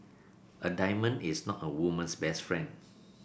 a diamond is not a woman's best friend